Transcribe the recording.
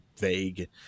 vague